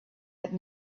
had